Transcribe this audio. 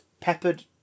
peppered